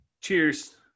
Cheers